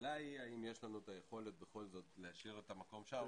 השאלה היא אם יש לנו את היכולת בכל זאת להשאיר את המקום שם.